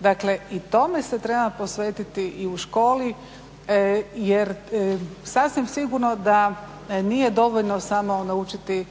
Dakle, i tome se treba posvetiti i u školi jer sasvim sigurno da nije dovoljno samo naučiti